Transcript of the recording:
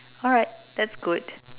alright that's good